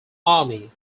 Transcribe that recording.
army